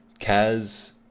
Kaz